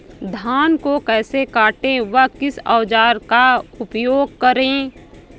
धान को कैसे काटे व किस औजार का उपयोग करें?